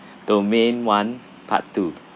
domain one part two